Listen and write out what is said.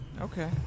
Okay